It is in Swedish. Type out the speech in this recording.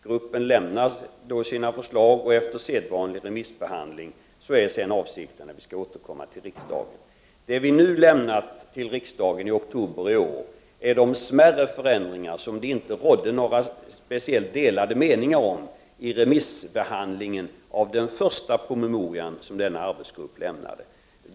Gruppen lämnar då sina förslag, och avsikten är att vi sedan skall återkomma till riksdagen efter sedvanlig remissbehandling av förslagen. Det vi lämnade till riksdagen i oktober i år är de smärre förändringar som det inte rådde några speciellt delade meningar om vid remissbehandlingen av den första promemoria som denna arbetsgrupp lämnade.